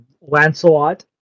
lancelot